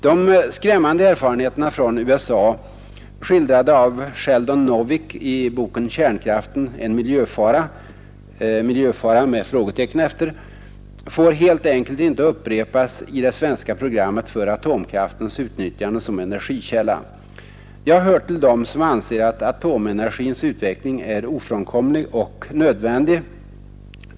De skrämmande erfarenheterna från USA, skildrade av Sheldon Novick i boken ”Kärnkraften — en miljöfara?”, får helt enkelt inte upprepas i det svenska programmet för atomkraftens utnyttjande som energikälla. Jag hör till dem som anser att atomenergins utveckling är ofrånkomlig och nödvändig.